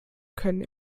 können